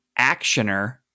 actioner